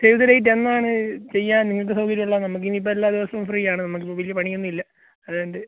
save the date എന്നാണ് ചെയ്യാൻ നിങ്ങൾക്ക് സൗകര്യം ഉള്ളത് നമുക്ക് ഇനിയിപ്പം എല്ലാ ദിവസവും ഫ്രീ ആണ് നമുക്ക് ഇപ്പം വലിയ പണിയൊന്നും ഇല്ല അതുകൊണ്ട്